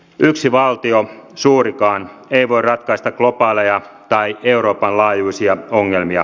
yksi valtio suurikaan ei voi ratkaista globaaleja tai euroopan laajuisia ongelmia